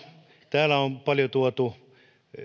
täällä on paljon tuotu